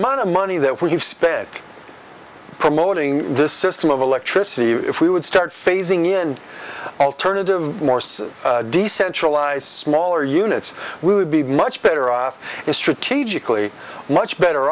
amount of money that we have spent promoting this system of electricity if we would start phasing in alternative morse decentralize smaller units we would be much better off if strategically much better